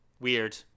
weird